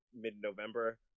mid-November